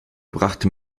brachte